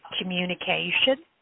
communication